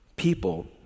People